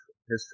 history